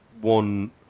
one